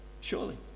surely